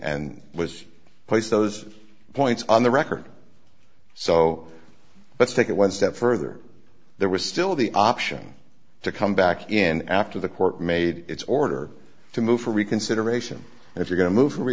and was placed those points on the record so let's take it one step further there was still the option to come back in after the court made its order to move for reconsideration if you're going to move for